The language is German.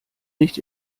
nicht